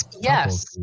Yes